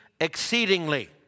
exceedingly